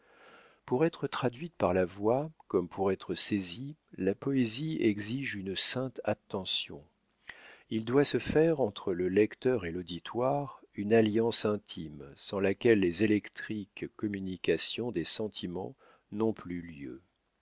pour être traduite par la voix comme pour être saisie la poésie exige une sainte attention il doit se faire entre le lecteur et l'auditoire une alliance intime sans laquelle les électriques communications des sentiments n'ont plus